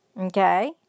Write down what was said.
Okay